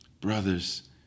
Brothers